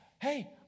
Hey